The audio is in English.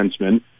defenseman